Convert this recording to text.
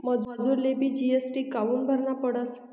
मजुरलेबी जी.एस.टी कामु भरना पडस?